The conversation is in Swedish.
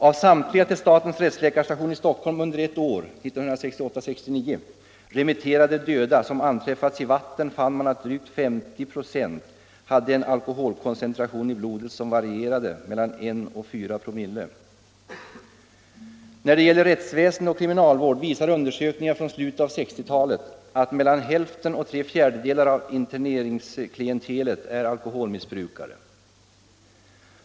Av samtliga till statens rättsläkarstation i Stockholm under ett år — 1968/69 — remitterade döda som anträffats i vatten hade drygt 50 96 en alkoholkoncentration i blodet som varierade mellan 1 och 4. När det gäller rättsväsende och kriminalvård visar undersökningar från slutet av 1960-talet att mellan hälften och tre fjärdedelar av interneringsklientelet är alkoholmissbrukare.